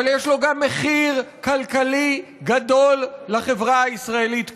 אבל יש לה גם מחיר כלכלי גדול לחברה הישראלית כולה.